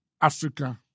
Africa